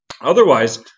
Otherwise